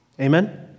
Amen